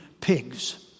pigs